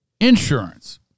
insurance